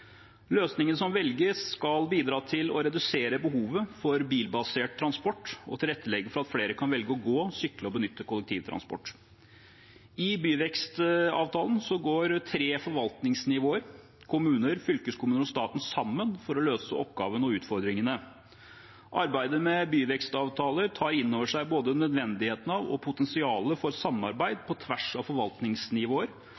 Løsningen som velges, skal bidra til å redusere behovet for bilbasert transport og tilrettelegge for at flere kan velge å gå, sykle og benytte kollektivtransport. I byvekstavtalene går tre forvaltningsnivåer – kommuner, fylkeskommuner og staten – sammen for å løse oppgavene og utfordringene. Arbeidet med byvekstavtaler tar inn over seg både nødvendigheten av og potensialet for